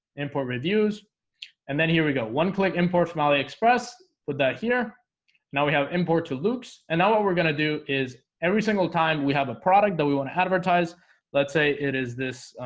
import reviews and then here we go one click import from aliexpress put that here now we have import to luke's and now what we're gonna do is every single time. we have a product that we want to advertise let's say it is this